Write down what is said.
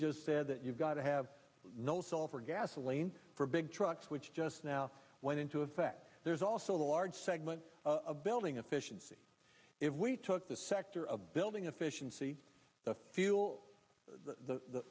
just said that you've got to have no sulfur gasoline for big trucks which just now went into effect there's also a large segment of building efficiency if we took the sector of building efficiency the fuel the the